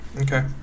Okay